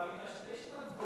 מטשטש את הגבול.